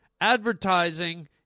advertising